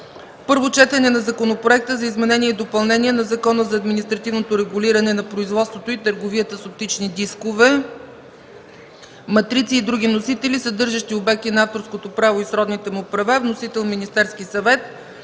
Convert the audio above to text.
Първо четене на Законопроекта за изменение и допълнение на Закона за административното регулиране на производството и търговията с оптични дискове, матрици и други носители, съдържащи обекти на авторското право и сродните му права. Вносител – Министерски съвет.